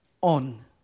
on